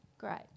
Great